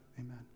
amen